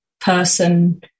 person